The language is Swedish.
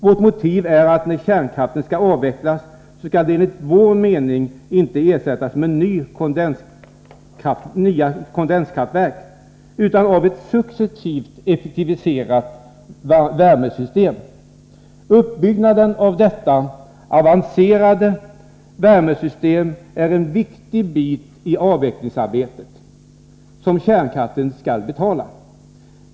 Vårt motiv är att när kärnkraften skall avvecklas, skall den inte ersättas med nya kondenskraftverk utan av ett successivt effektiviserat värmesystem. Uppbyggnaden av detta tekniskt avancerade värmesystem är en viktig del i avvecklingsarbetet, som kärnkraften skall betala.